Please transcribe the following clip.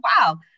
wow